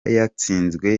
yatsinzwe